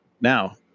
Now